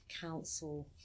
council